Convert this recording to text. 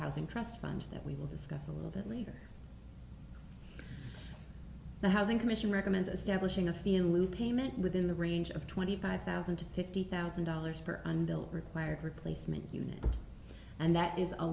housing trust fund that we will discuss a little bit later the housing commission recommends as devilish in a field loop payment within the range of twenty five thousand to fifty thousand dollars for unbuilt required replacement unit and that is a